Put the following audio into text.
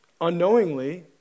unknowingly